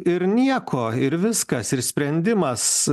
ir nieko ir viskas ir sprendimas